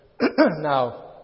Now